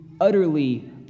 utterly